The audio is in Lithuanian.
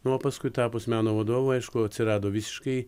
nu o paskui tapus meno vadovu aišku atsirado visiškai